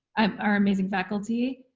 um our amazing faculty.